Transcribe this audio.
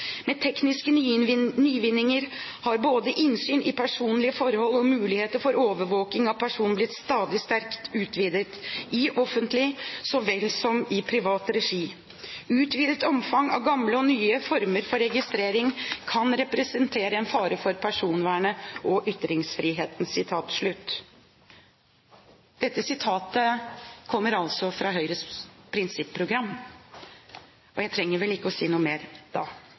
Med tekniske nyvinninger har både innsyn i personlige forhold og muligheter for overvåking av personer blitt sterkt utvidet, i offentlig så vel som i privat regi. Utvidet omfang av gamle og nye former for registrering kan representere en fare for personvern og ytringsfrihet.» Dette sitatet er altså fra Høyres prinsipprogram, og jeg trenger vel ikke si noe mer da.